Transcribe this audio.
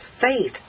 faith